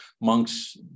monks